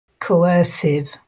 coercive